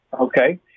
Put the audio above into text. Okay